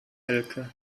elke